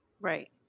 Right